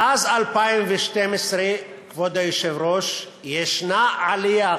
מאז 2012, כבוד היושב-ראש, יש עלייה